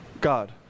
God